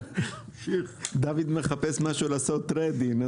דוד מחפש משהו לעשות טרייד-אין.